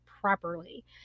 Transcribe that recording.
properly